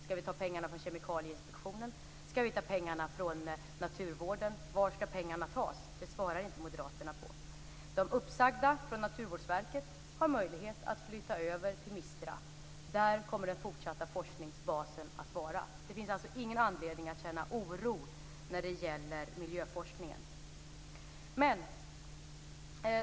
Skall vi ta pengarna från Kemikalieinspektionen, skall vi ta pengarna från naturvården, varifrån skall pengarna tas? Det svarar inte moderaterna på. De uppsagda från Naturvårdsverket har möjlighet att flytta över till MISTRA. Där kommer den fortsatta forskningsbasen att vara. Det finns alltså ingen anledning att känna oro när det gäller miljöforskningen.